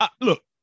Look